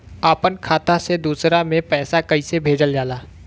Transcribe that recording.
अपना खाता से दूसरा में पैसा कईसे भेजल जाला?